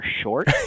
short